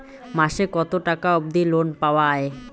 মাসে কত টাকা অবধি লোন পাওয়া য়ায়?